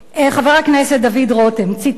חבר הכנסת דוד רותם, ציטוט: